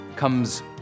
comes